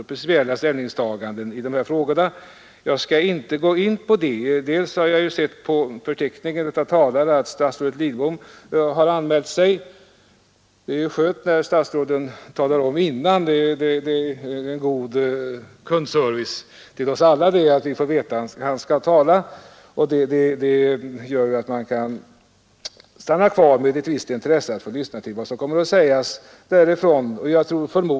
Jag skall inte närmare gå in på dessa, bl.a. därför att jag sett på talarlistan att statsrådet Lidbom har anmält sig till debatten. Det är skönt när statsråd talar om i förväg att de skall delta i debatten. Det är en god service till oss alla att vi får veta att statsrådet tänker göra det — man kan då stanna kvar för att få lyssna till de intressanta saker han förmodligen har att säga.